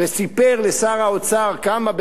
וסיפר לשר האוצר כמה,